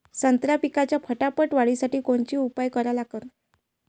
संत्रा पिकाच्या फटाफट वाढीसाठी कोनचे उपाव करा लागन?